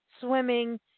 swimming